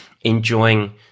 enjoying